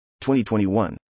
2021